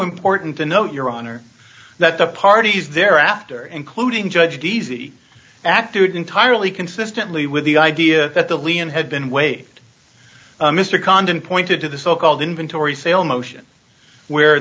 important to note your honor that the parties there after including judge d z acted entirely consistently with the idea that the lean had been waived mr condon pointed to the so called inventory sale motion where